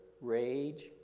rage